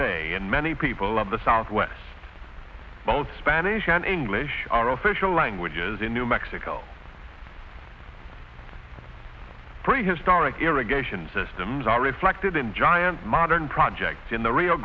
day and many people of the southwest both spanish and english our official languages in new mexico prehistoric irrigation systems are reflected in giant modern project in the rio